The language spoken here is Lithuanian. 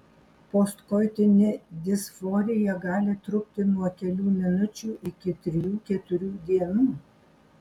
postkoitinė disforija gali trukti nuo kelių minučių iki trijų keturių dienų